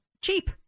cheap